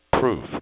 proof